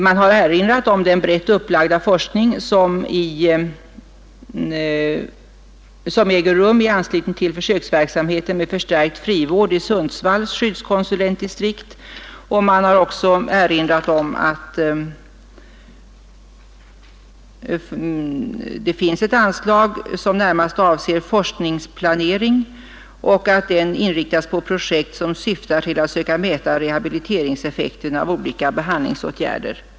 Man har erinrat om den brett upplagda forskning som äger rum i anslutning till försöksverksamheten med förstärkt frivård vid Sundsvalls skyddskonsulentdistrikt. Man hänvisar också till att det finns ett anslag som närmast avser forskningsplanering, inriktad på projekt som syftar till att söka mäta rehabiliteringseffekten i olika behandlingsåtgärder.